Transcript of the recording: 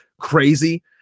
crazy